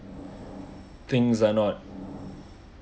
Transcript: things are not